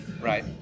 right